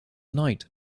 night